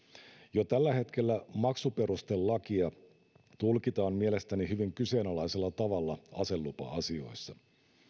jo tällä hetkellä maksuperustelakia tulkitaan mielestäni hyvin kyseenalaisella tavalla aselupa asioissa